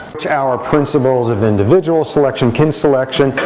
our principles of individual selection, kin selection,